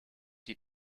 die